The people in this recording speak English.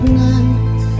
night